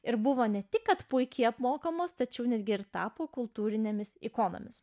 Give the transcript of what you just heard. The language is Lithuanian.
ir buvo ne tik kad puikiai apmokamos tačiau netgi ir tapo kultūrinėmis ikonomis